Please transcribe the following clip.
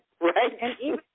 Right